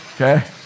okay